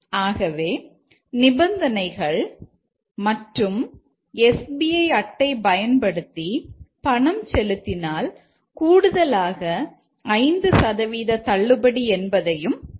ஆகவே நிபந்தனைகள் மற்றும் எஸ்பிஐ அட்டை பயன்படுத்தி பணம் செலுத்தினால் கூடுதலாக 5 சதவீத தள்ளுபடி என்பதையும் எழுதலாம்